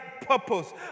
purpose